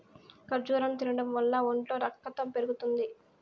ఖర్జూరం తినడం వల్ల ఒంట్లో రకతం పెరుగుతుంది